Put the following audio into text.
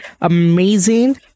amazing